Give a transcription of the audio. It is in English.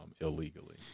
illegally